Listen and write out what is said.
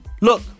look